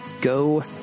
Go